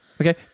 Okay